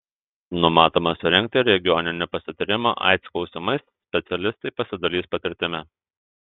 numatoma surengti regioninį pasitarimą aids klausimais specialistai pasidalys patirtimi